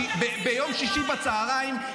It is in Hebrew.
ביום שישי בצוהריים,